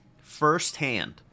firsthand